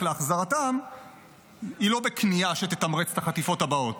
להחזרתם היא לא בכניעה שתתמרץ את החטיפות הבאות.